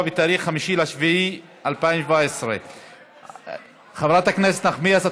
ב-5 ביולי 2017. חברת הכנסת נחמיאס,